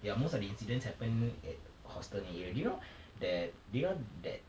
ya most of the incidents happen at hostel punya area do you know that do you know that